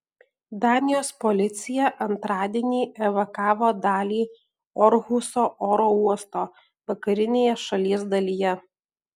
danijos policija antradienį evakavo dalį orhuso oro uosto vakarinėje šalies dalyje